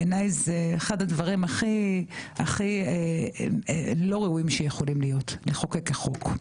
בעיניי זה אחד הדברים הכי הכי לא ראויים שיכולים להיות לחוקק כחוק.